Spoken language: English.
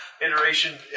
iteration